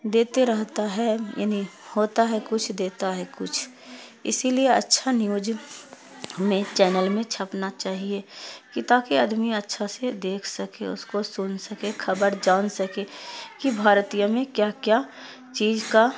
دیتے رہتا ہے یعنی ہوتا ہے کچھ دیتا ہے کچھ اسی لیے اچھا نیوج میں چینل میں چھپنا چاہیے کہ تاکہ آدمی اچھا سے دیکھ سکے اس کو سن سکے خبر جان سکے کہ بھارتیہ میں کیا کیا چیز کا